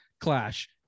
clash